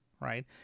right